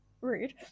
Rude